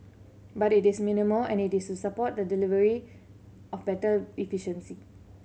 but it is minimal and it is to support the deliver of better efficiency